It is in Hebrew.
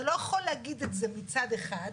אתה לא יכול להגיד את זה מצד אחד,